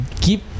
keep